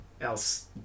else